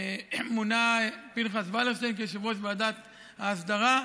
מונה פנחס ולרשטיין ליושב-ראש ועדת ההסדרה.